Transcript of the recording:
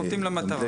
חותרים למטרה.